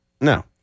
No